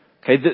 Okay